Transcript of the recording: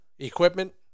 equipment